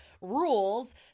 rules